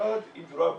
המשרד אם זה לא היה ברור,